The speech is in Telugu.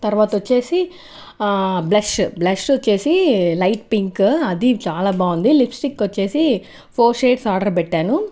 తర్వాత వచ్చేసి బ్లష్ బ్లష్ వచ్చేసి లైట్ పింక్ అది చాలా బాగుంది లిప్స్టిక్ వచ్చేసి ఫోర్ షేడ్స్ ఆర్డర్ పెట్టాను